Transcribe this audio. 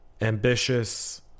ambitious